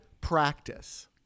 practice